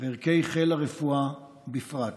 וערכי חיל הרפואה בפרט,